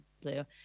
blue